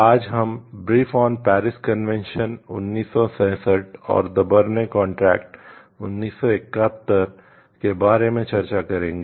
आज हम brief on Paris convention 1967 और द बरने कॉन्ट्रैक्ट 1971 के बारे में चर्चा करेंग